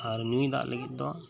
ᱟᱨ ᱧᱩᱭ ᱫᱟᱜ ᱞᱟᱹᱤᱫ ᱫᱚ